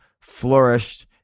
flourished